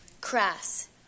Crass